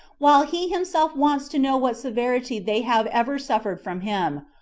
while he himself wants to know what severity they have ever suffered from him,